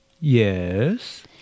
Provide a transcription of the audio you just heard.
Yes